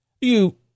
You